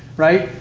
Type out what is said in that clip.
right?